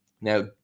Now